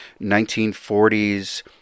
1940s